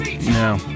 No